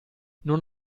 non